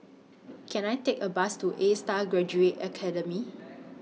Can I Take A Bus to ASTAR Graduate Academy